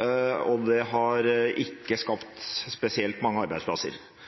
og det har ikke skapt spesielt mange arbeidsplasser.